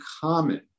common